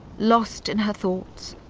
lost in her thoughts,